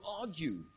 argue